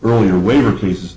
earlier waiver pieces